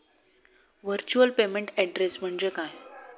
Virtual payment address म्हणजे काय?